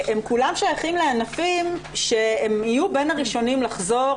הם כולם שייכים לענפים שהם יהיו בין הראשונים לחזור,